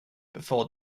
before